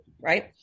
Right